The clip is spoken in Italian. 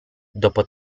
dopo